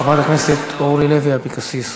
חברת הכנסת אורלי לוי אבקסיס,